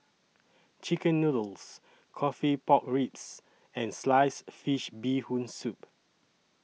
Chicken Noodles Coffee Pork Ribs and Sliced Fish Bee Hoon Soup